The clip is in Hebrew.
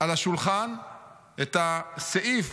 על השולחן את הסעיף